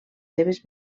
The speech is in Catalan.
seves